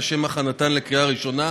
לשם הכנתן לקריאה ראשונה: